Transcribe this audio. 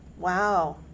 Wow